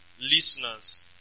listeners